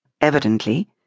Evidently